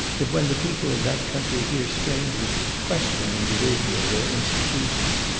that when the people of that country hear strangers questioning the wisdom of their institutions,